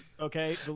okay